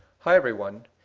hi everyone!